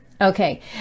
Okay